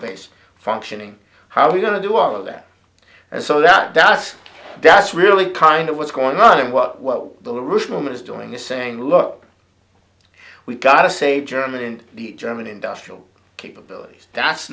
base functioning how are we going to do all of that and so that that's that's really kind of what's going on and what what the ruefulness doing is saying look we've got to save germany and the german industrial capabilities that's